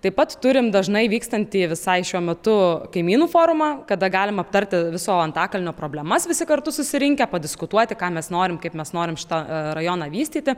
taip pat turim dažnai vykstantį visai šiuo metu kaimynų forumą kada galim aptarti visų antakalnio problemas visi kartu susirinkę padiskutuoti ką mes norim kaip mes norim šitą rajoną vystyti